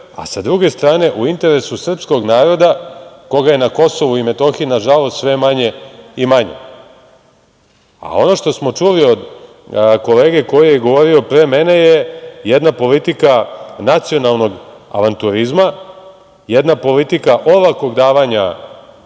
a sa druge strane u interesu srpskog naroda koga je na Kosovu i Metohiji, nažalost, sve manje i manje. Ono što smo čuli od kolege koji je govorio pre mene je jedna politika nacionalnog avanturizma, jedna politika olakog davanja